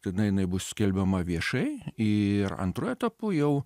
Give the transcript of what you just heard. jinai bus skelbiama viešai ir antru etapu jau